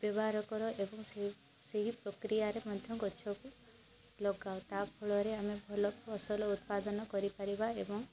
ବ୍ୟବହାର କର ଏବଂ ସେଇ ସେହି ପକ୍ରିୟାରେ ମଧ୍ୟ ଗଛକୁ ଲଗାଉ ତା' ଫଳରେ ଆମେ ଭଲ ଫସଲ ଉତ୍ପାଦନ କରି ପାରିବା ଏବଂ